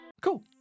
Cool